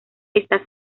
está